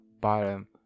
bottom